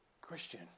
Christian